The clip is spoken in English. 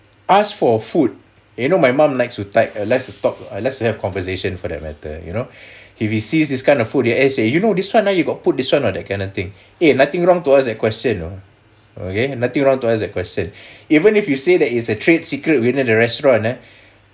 ask for food you know my mum likes to type likes to talk likes to have conversation for that matter you know if he sees this kind of food eh say you know this one ah you got put this one or that kind of thing eh nothing wrong to ask that question you know okay nothing wrong to ask that question even if you say that is a trade secret within the restaurant ah